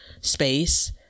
space